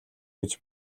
гэж